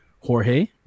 Jorge